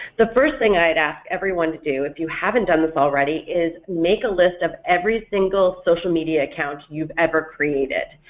the first thing i'd ask everyone to do if you haven't done this already, is make a list of every single social media account you've ever created.